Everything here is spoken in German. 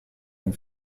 dem